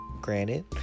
Granted